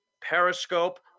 Periscope